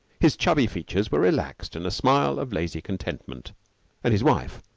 his chubby features were relaxed in a smile of lazy contentment and his wife,